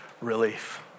relief